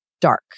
dark